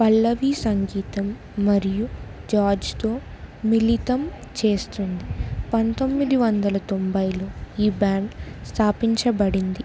పల్లవీ సంగీతం మరియు జార్జ్తో మిలితం చేస్తుంది పంతొమ్మిది వందల తొంభైలో ఈ బ్యాండ్ స్థాపించబడింది